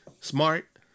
smart